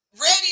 ready